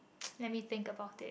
let me thing about it